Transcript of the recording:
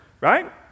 Right